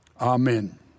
amen